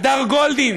הדר גולדין,